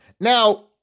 Now